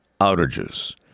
outages